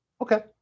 Okay